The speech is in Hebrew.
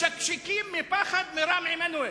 משקשקים מפחד מרם עמנואל.